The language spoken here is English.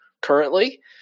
currently